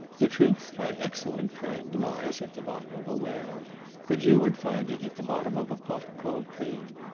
the truth, my excellent friend, lies at the bottom of a well but you would find it at the bottom of a pot of cold cream.